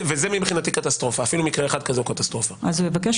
וזה מבחינתי קטסטרופה, גם אם מדובר במקרה אחד.